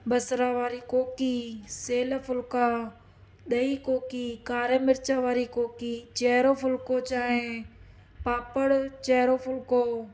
बसरु वारी कोकी सियल फुलिका ॾही कोकी कारा मिर्च वारी कोकी चहिरो फुलिको चांहि पापड़ चहिरो फुलिको